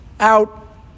Out